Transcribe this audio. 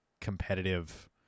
competitive